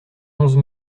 onze